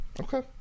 Okay